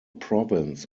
province